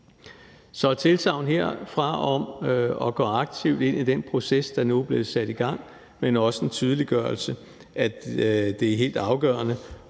er et tilsagn herfra om at gå aktivt ind i den proces, der nu er blevet sat i gang, men vi ønsker også en tydeliggørelse af, da det er helt afgørende